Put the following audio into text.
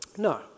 No